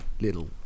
little